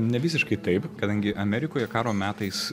nevisiškai taip kadangi amerikoje karo metais